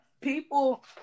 people